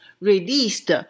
released